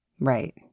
Right